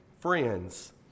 friends